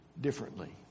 differently